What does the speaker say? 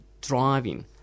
driving